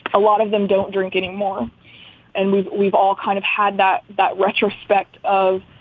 a lot of them don't drink anymore. and we've we've all kind of had that that retrospect of,